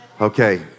okay